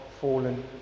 fallen